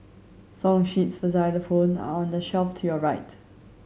song sheets for xylophone are on the shelf to your right